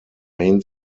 main